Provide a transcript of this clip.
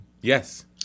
Yes